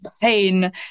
pain